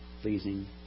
pleasing